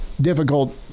difficult